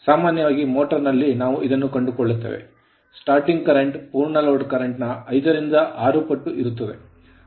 ಆದ್ದರಿಂದ ಸಾಮಾನ್ಯವಾಗಿ ಮೋಟರ್ ನಲ್ಲಿ ನಾವು ಇದನ್ನು ಕಂಡುಕೊಳ್ಳುತ್ತೇವೆ starting current ಸ್ಟಾರ್ಟಿಂಗ್ ಕರೆಂಟ್ ಪೂರ್ಣ ಲೋಡ್ current ಕರೆಂಟ್ ನ 5 ರಿಂದ 6 ಪಟ್ಟು ಇರುತ್ತದೆ